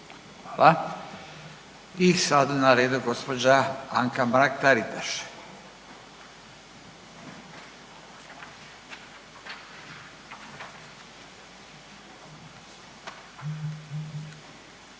Hvala. I sada je na redu gospođa Anka Mrak Taritaš. Izvolite.